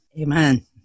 Amen